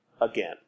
again